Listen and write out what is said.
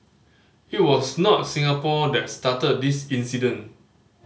it was not Singapore that started this incident